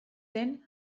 zen